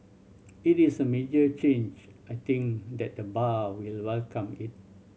it is a major change I think that the bar will welcome it